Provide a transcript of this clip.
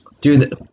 dude